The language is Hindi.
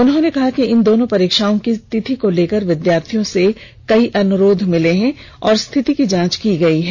उन्होंने कहा कि इन दोनों परीक्षाओं की तिथि को लेकर विद्यार्थियों से कई अनुरोध मिले हैं और स्थिति की जांच की गई है